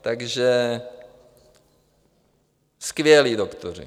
Takže skvělí doktoři.